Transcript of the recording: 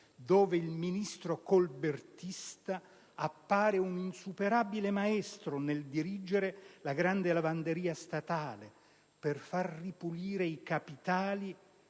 dove il Ministro colbertista appare un insuperabile maestro nel dirigere la grande lavanderia statale per far ripulire i capitali